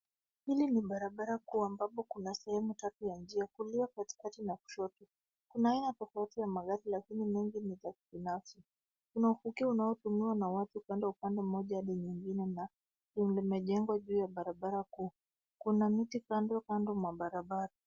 Hili ni barabara kuu ambapo kuna sehemu tatu ya njia. Kulia, katikatina kushoto. Kunayo tofauti ya magari lakini mengi za kibinafsi. Kuna uvukio unaotumiwa na watu kuenda upande mmoja hadi mwingine na limejengwa juu ya barabara kuu. Kuna miti kando kando mwa barabara.